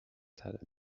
تره